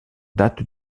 datent